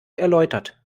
erläutert